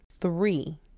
Three